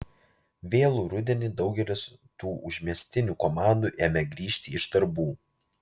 vėlų rudenį daugelis tų užmiestinių komandų ėmė grįžti iš darbų